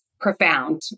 profound